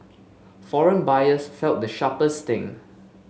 foreign buyers felt the sharpest sting